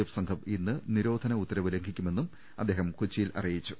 F സംഘം ഇന്ന് നിരോധന ഉത്തരവ് ലംഘിക്കുമെന്നും അദ്ദേഹം കൊച്ചിയിൽ അറിയിച്ചു